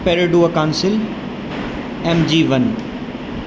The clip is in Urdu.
پیرڈوا کانسل ایم جی ون